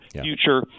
future